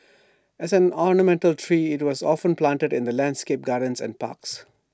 as an ornamental tree IT was often planted in landscaped gardens and parks